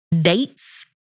dates